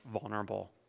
vulnerable